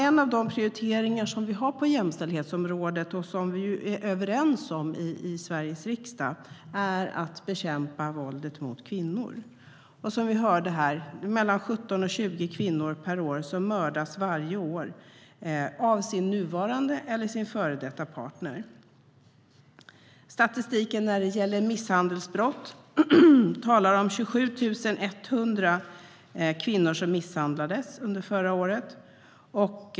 En av de prioriteringar som Kristdemokraterna har på jämställdhetsområdet, och som vi är överens om i Sveriges riksdag, är att bekämpa våldet mot kvinnor. Vi hörde tidigare att 17-20 kvinnor mördas varje år av sin nuvarande eller före detta partner. Statistiken när det gäller misshandelsbrott visar att 27 100 kvinnor misshandlades förra året.